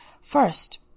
First